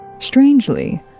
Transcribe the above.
Strangely